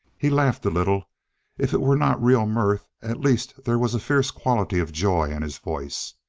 he laughed a little if it were not real mirth, at least there was a fierce quality of joy in his voice.